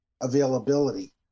availability